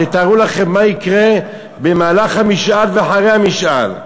תתארו לכם מה יקרה במהלך המשאל ואחרי המשאל.